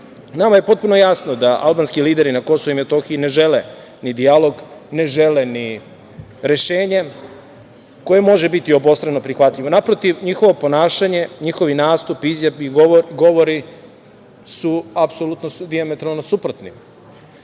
je potpuno jasno da albanski lideri na KiM ne žele ni dijalog, ne žele ni rešenje koje može biti obostrano prihvatljivo, naprotiv, njihovo ponašanje, njihovi nastupi, izjave, govori su apsolutno dijametralno suprotni.